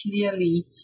clearly